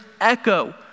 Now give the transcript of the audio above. echo